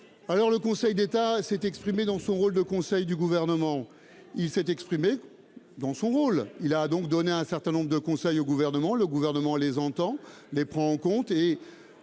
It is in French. ... Le Conseil d'État s'est exprimé dans son rôle de conseil du Gouvernement. Il l'a très bien fait ! À ce titre, il a donné un certain nombre de conseils au Gouvernement. Le Gouvernement les entend et les prend en compte.